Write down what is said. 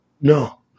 no